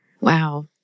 Wow